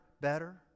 better